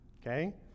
Okay